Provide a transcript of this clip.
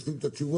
שישלים את התשובה.